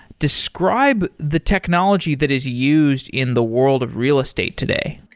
describe the technology that is used in the world of real estate today.